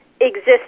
exists